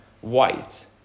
white